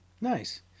nice